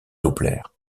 doppler